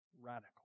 radical